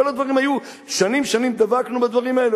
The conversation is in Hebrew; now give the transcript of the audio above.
כל הדברים היו, שנים דבקנו בדברים האלה.